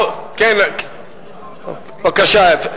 כן, בבקשה.